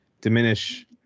diminish